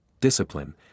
Discipline